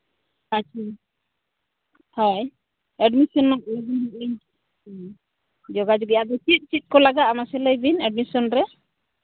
ᱟᱪᱪᱷᱟ ᱦᱳᱭ ᱮᱰᱢᱤᱥᱚᱱ ᱞᱟᱹᱜᱤᱫ ᱞᱤᱧ ᱦᱮᱸ ᱡᱳᱜᱟᱡᱳᱜᱽ ᱮᱫᱟᱞᱤᱧ ᱟᱫᱚ ᱪᱮᱫ ᱪᱮᱫ ᱠᱚ ᱞᱟᱜᱟᱜᱼᱟ ᱢᱟᱥᱮ ᱞᱟᱹᱭᱵᱤᱱ ᱮᱰᱢᱤᱥᱚᱱ ᱨᱮ